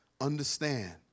Understand